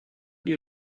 les